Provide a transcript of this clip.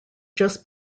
just